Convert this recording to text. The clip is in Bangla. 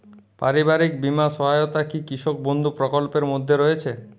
পারিবারিক বীমা সহায়তা কি কৃষক বন্ধু প্রকল্পের মধ্যে রয়েছে?